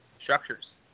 structures